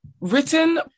written